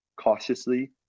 cautiously